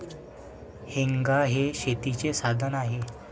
हेंगा हे शेतीचे साधन आहे